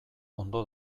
ondo